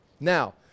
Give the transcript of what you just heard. Now